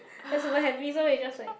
there's very happy so we just like